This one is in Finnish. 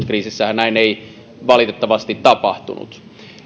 kriisissähän näin ei valitettavasti tapahtunut